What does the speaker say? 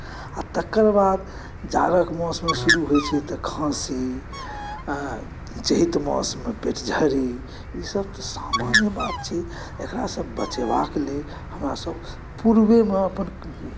आ तकर बाद जाड़क मौसम शुरू होइत छै तऽ खाँसी चैत मासमे पेटझड़ी ईसभ तऽ सामान्य बात छै एकरासँ बचेबाके लेल हमरासभ पूर्वहिमे अपन